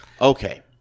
okay